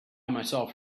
myself